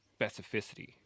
specificity